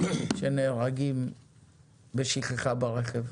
שנהרגים משכחה ברכב.